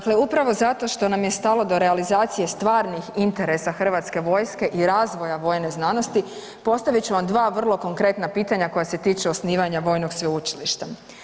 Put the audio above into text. Dakle upravo zato što nam je stalo do realizacije stvarnih interesa Hrvatske vojske i razvoja vojne znanosti, postavit ću vam 2 vrlo konkretna pitanja koja se tiču osnivanja vojnog sveučilišta.